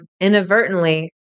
inadvertently